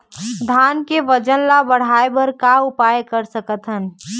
धान के वजन ला बढ़ाएं बर का उपाय कर सकथन?